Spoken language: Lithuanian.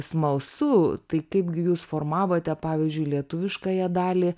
smalsu tai kaipgi jūs formavote pavyzdžiui lietuviškąją dalį